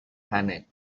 planet